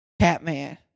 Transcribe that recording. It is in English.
Catman